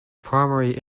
primary